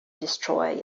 destroy